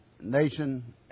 nation